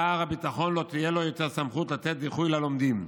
לשר הביטחון לא תהיה יותר סמכות לתת דיחוי ללומדים.